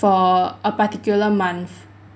for a particular month